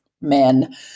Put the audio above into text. men